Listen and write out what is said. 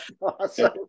Awesome